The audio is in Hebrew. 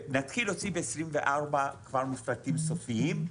נתחיל להוציא ב-2024 כבר מפרטים סופיים.